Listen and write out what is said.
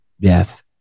death